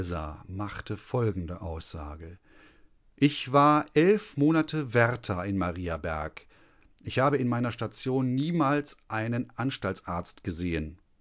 machte folgende aussage ich war monate wärter in mariaberg ich habe in meiner station niemals einen anstaltsarzt gesehen